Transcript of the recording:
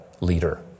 leader